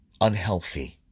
unhealthy